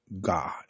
God